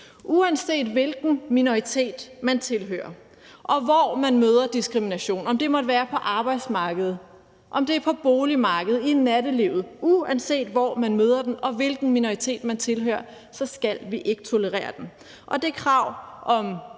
Uanset hvilken minoritet man tilhører og hvor man møder diskrimination, om det er på arbejdsmarkedet, om det er på boligmarkedet eller i nattelivet, uanset hvor man møder den og hvilken minoritet man tilhører, skal vi ikke tolerere den. Det krav om